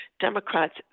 Democrats